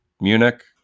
Munich